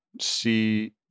see